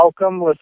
Welcome